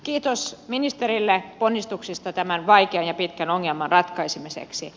kiitos ministerille ponnistuksista tämän vaikean ja pitkän ongelman ratkaisemiseksi